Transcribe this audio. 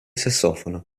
sassofono